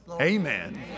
Amen